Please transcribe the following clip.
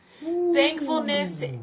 Thankfulness